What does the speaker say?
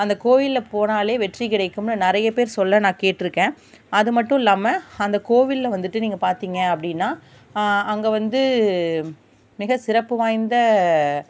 அந்த கோயிலில் போனாலே வெற்றி கிடைக்கும்ன்னு நிறையப்பேர் சொல்ல நான் கேட் இருக்கேன் அதுமட்டும் இல்லாம அந்த கோவிலில் வந்துவிட்டு நீங்கள் பார்த்திங்க அப்படின்னா அங்கே வந்து மிகச்சிறப்பு வாய்ந்த